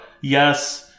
yes